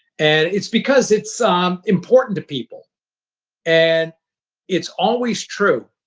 and it's because it's um important to people and it's always true.